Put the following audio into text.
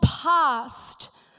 past